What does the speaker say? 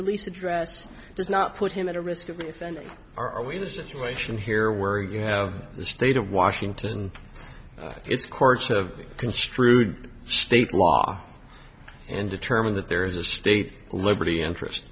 release address does not put him at a risk of an offense are we in a situation here where you have the state of washington it's courts have construed state law and determine that there is a state liberty interest